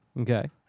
Okay